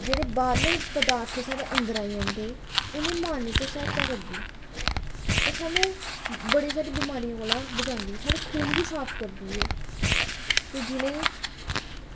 जेह्ड़े बाह्रले पदार्थ साढ़े अंदर आई जंदे उ'नें गी मारनै च सहायता करदी ओह् सानूं बड़ी सारी बमारियें कोला बचांदी साढ़ै खून बी साफ करदी ऐ ते जि'नें गी